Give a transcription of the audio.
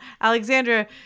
Alexandra